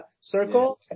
circle